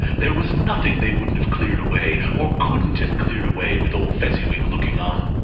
there was nothing they wouldn't have cleared away, or couldn't have cleared away, with old fezziwig looking on.